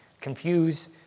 confuse